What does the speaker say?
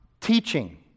teaching